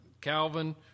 calvin